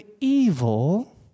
evil